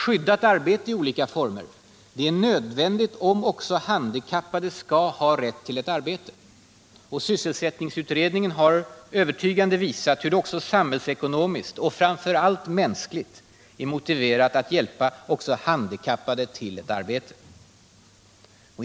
Skyddat arbete i olika former — det är nödvändigt om också handikappade skall ha rätt till arbete. Sysselsättningsutredningen har övertygande visat hur det också samhällsekonomiskt, och framför allt mänskligt, är motiverat att hjälpa också handikappade till arbete.